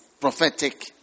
prophetic